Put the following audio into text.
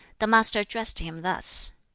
the master addressed him thus